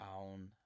own